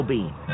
Bean